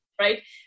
right